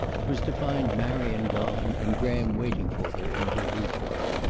it was to find marion gone, and graham waiting for her in her boudoir.